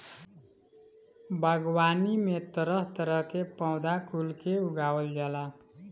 बागवानी में तरह तरह के पौधा कुल के उगावल जाला